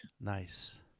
Nice